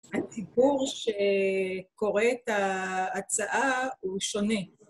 הציבור שקורא את ההצעה הוא שונה